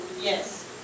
Yes